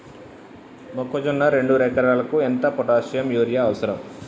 మొక్కజొన్న రెండు ఎకరాలకు ఎంత పొటాషియం యూరియా అవసరం?